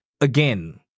again